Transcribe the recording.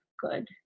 good